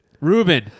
Ruben